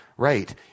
right